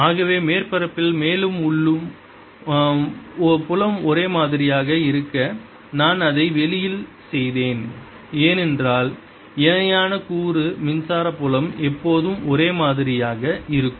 ஆகவே மேற்பரப்பில் மேலும் உள்ளும் புலம் ஒரே மாதிரியாக இருக்க நான் அதை வெளியில் செய்தேன் ஏனென்றால் இணையான கூறு மின்சார புலம் எப்போதும் ஒரே மாதிரியாக இருக்கும்